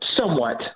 Somewhat